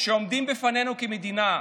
שעומדים בפנינו כמדינה,